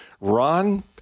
Ron